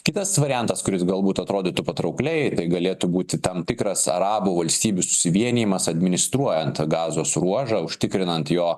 kitas variantas kuris galbūt atrodytų patraukliai galėtų būti tam tikras arabų valstybių susivienijimas administruojant gazos ruožą užtikrinant jo